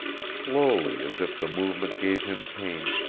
slowly, as if the movement gave him pain,